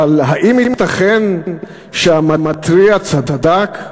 אבל האם ייתכן שהמתריע צדק?